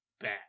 bad